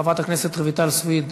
חברת הכנסת רויטל סויד,